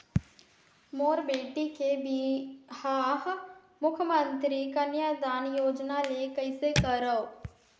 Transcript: मोर बेटी के बिहाव मुख्यमंतरी कन्यादान योजना ले कइसे करव?